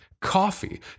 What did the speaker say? coffee